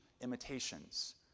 imitations